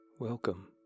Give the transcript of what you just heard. Welcome